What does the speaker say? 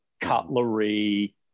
cutlery